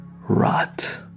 Rot